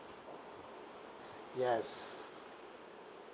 yes